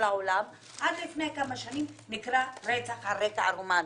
העולם עד לפני כמה שנים נקרא 'רצח על רקע רומנטי'